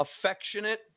affectionate